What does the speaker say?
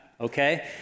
okay